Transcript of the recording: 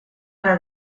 hora